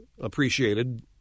appreciated